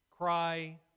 Cry